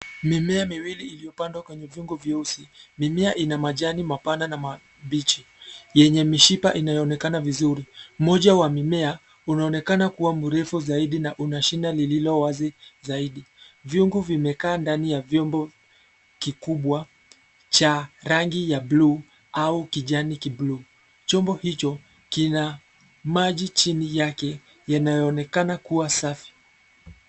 Mimea miwili iliyopandwa kwenye viungo vyeusi. Mimea ina majani mapana na mabichi yenye mishipa inayoonekana vizuri. Mmoja wa mimea unaonekana kua mrefu zaidi na una shina lililo wazi zaidi. Viyungu vimekaa ndani ya vyombo kikubwa cha rangi ya bluu au kijani kibluu. Chombo hicho kina maji chini yake yanayoonekana kua safi.